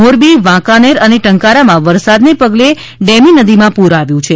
મોરબી વાંકાનેર અને ટંકારામાં વરસાદને પગલે ડેમી નદીમાં પૂર આવ્યું છે